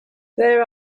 there